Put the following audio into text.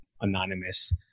anonymous